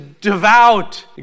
devout